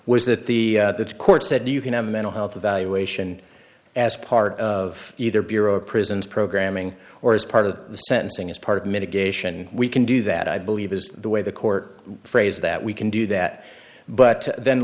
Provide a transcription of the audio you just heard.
that the court said you can have a mental health evaluation as part of either bureau of prisons programming or as part of the sentencing as part of mitigation we can do that i believe is the way the court phrase that we can do that but then